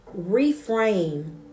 reframe